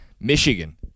Michigan